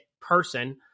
person